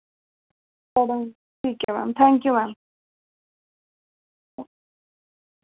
ठीक ऐ ma'am thank you ma'am